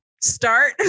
Start